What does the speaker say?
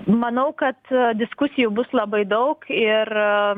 manau kad diskusijų bus labai daug ir